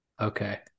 Okay